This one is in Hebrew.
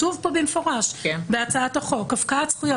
כתוב פה במפורש בהצעת החוק "הפקעת זכויות".